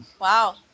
Wow